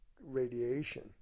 radiation